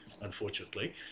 unfortunately